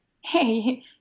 hey